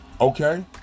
Okay